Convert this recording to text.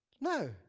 No